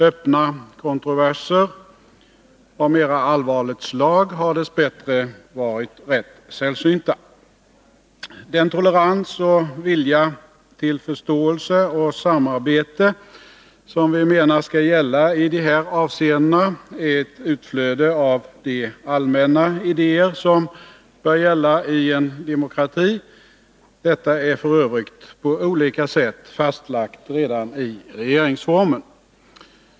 Öppna kontroverser av mera allvarligt slag har dess bättre varit rätt sällsynta. Den tolerans och vilja till förståelse och samarbete som vi menar skall gälla i de här avseendena är ett utflöde av de allmänna idéer som bör gälla i en demokrati. Detta är f. ö. på olika sätt fastlagt redan i regeringsformen.